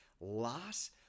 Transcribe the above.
loss